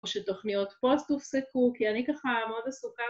‫או שתוכניות פוסט הופסקו, ‫כי אני ככה מאוד עסוקה...